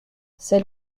c’est